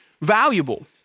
valuable